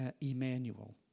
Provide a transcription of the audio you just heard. Emmanuel